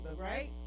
right